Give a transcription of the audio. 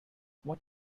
what